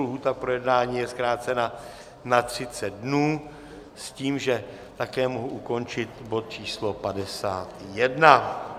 Lhůta pro jednání je zkrácena na 30 dnů s tím, že také mohu ukončit bod č. 51.